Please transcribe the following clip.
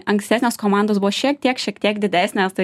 ankstesnės komandos buvo šiek tiek šiek tiek didesnės tai